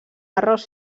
arròs